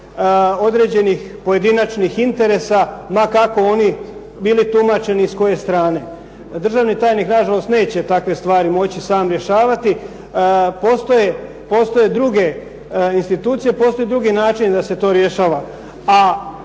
određenih pojedinačnih interesa ma kako oni bili tumačeni i s koje strane. Državni tajnik nažalost neće takve stvari moći sam rješavati. Postoje druge institucije, postoji drugi način da se to rješava,